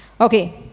Okay